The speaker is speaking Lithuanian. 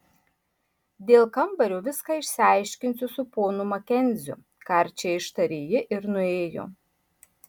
dėl kambario viską išsiaiškinsiu su ponu makenziu karčiai ištarė ji ir nuėjo